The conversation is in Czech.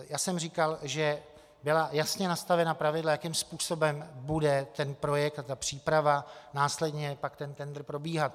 Já jsem říkal, že byla jasně nastavena pravidla, jakým způsobem bude ten projekt a příprava, následně pak tendr probíhat.